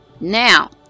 Now